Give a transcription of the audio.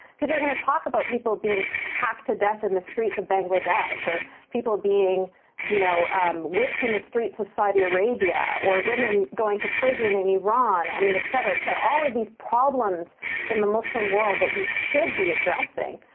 people are gonna talk about people being hacked to death in the streets of bangladesh, or people being you know whipped in the streets of saudi arabia, or women going to prison in iran. i mean, et cetera, et cetera. all of these problems in the muslim world that we should be addressing.